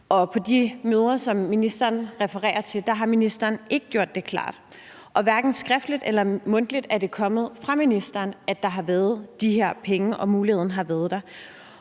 på de møder, som ministeren refererer til, har ministeren ikke gjort det klart. Hverken skriftligt eller mundtligt er det kommet fra ministeren, at der har været de her penge, og at muligheden